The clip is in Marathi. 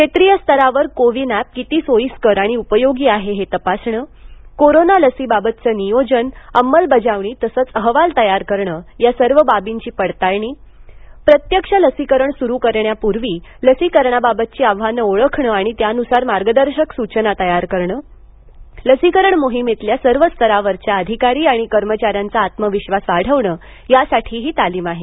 क्षेत्रीय स्तरावर कोविन एप किती सोईस्कर आणि उपयोगी आहे हे तपासणं कोरोना लसीकरणाबाबतचं नियोजन अंमलबजावणी तसंच अहवाल तयार करणं या सर्व बाबींची पडताळणी प्रत्यक्ष लसीकरण सुरू करण्यापूर्वी लसीकरणाबाबतची आव्हानं ओळखणं आणि त्यानुसार मार्गदर्शक सूचना तयार करणं लसीकरण मोहिमेतल्या सर्व स्तरावरच्या अधिकारी आणि कर्मचाऱ्यांचा आत्मविश्वास वाढवणं यासाठी ही तालीम आहे